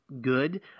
good